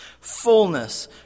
fullness